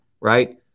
right